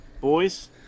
boys